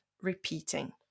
repeating